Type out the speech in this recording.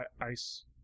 ice